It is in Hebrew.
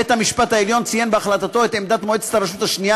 בית-המשפט העליון ציין בהחלטתו את עמדת מועצת הרשות השנייה,